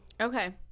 okay